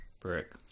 brick